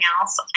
else